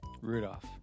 Rudolph